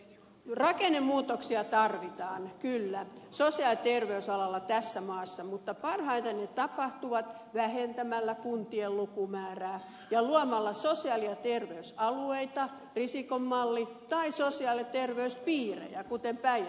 rakennemuutoksia tarvitaan kyllä sosiaali ja terveysalalla tässä maassa mutta parhaiten ne tapahtuvat vähentämällä kuntien lukumäärää ja luomalla sosiaali ja terveysalueita risikon malli tai sosiaali ja terveyspiirejä kuten päijät hämeessä